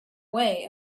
way